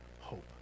hope